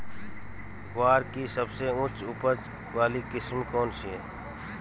ग्वार की सबसे उच्च उपज वाली किस्म कौनसी है?